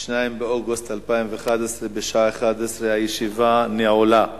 2 באוגוסט 2011, בשעה 11:00. הישיבה נעולה.